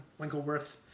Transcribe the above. Winkleworth